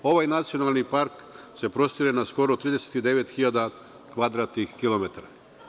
Ovaj nacionalni park se prostire na skoro 39 hiljada kvadratnih kilometara.